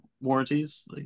warranties